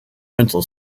rental